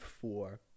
four